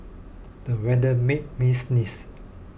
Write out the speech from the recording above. the weather made me sneeze